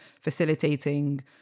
facilitating